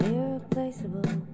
Irreplaceable